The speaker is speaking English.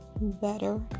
better